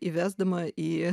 įvesdama į